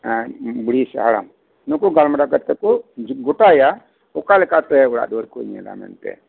ᱦᱮᱸ ᱵᱩᱲᱦᱤ ᱥᱮ ᱦᱟᱲᱟᱢ ᱱᱩᱠᱩ ᱜᱟᱞᱢᱟᱨᱟᱣ ᱠᱟᱛᱮᱫ ᱠᱚ ᱜᱚᱴᱟᱭᱟ ᱚᱠᱟᱞᱮᱠᱟᱛᱮ ᱚᱲᱟᱜ ᱫᱩᱭᱟᱹᱨ ᱠᱚ ᱧᱮᱞᱟ ᱢᱮᱱᱛᱮ